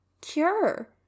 cure